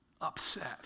upset